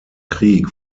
krieg